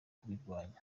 kubirwanya